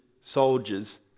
soldiers